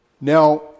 Now